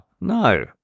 No